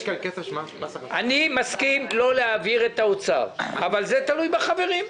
אני מסכים לא להעביר את האוצר אבל זה תלוי בחברים.